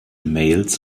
mails